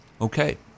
Okay